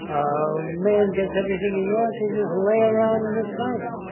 a man gets everything he wants, he's just lay around in the sun.